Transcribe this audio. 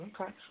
Okay